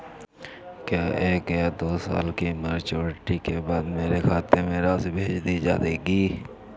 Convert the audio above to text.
क्या एक या दो साल की मैच्योरिटी के बाद मेरे खाते में राशि भेज दी जाएगी?